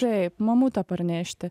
taip mamutą parnešti